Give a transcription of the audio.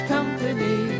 Company